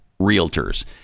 realtors